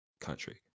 country